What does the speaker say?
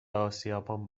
آسیابان